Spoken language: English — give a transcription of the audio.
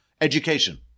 education